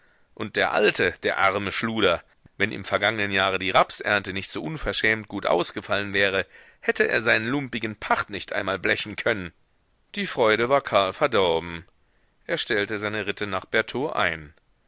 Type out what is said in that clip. und der alte der arme schluder wenn im vergangenen jahre die rapsernte nicht so unverschämt gut ausgefallen wäre hätte er seinen lumpigen pacht nicht mal blechen können die freude war karl verdorben er stellte seine ritte nach bertaux ein